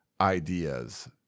ideas